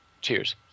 Cheers